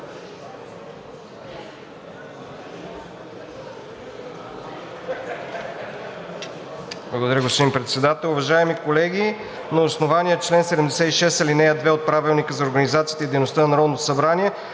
Благодаря Ви, господин Председател. Уважаеми колеги, на основание чл. 76, ал. 2 от Правилника за организацията и дейността на Народното събрание,